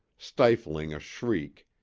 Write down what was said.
stifling a shriek,